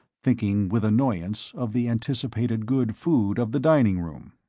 thinking with annoyance of the anticipated good food of the dining room.